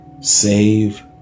Save